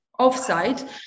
offsite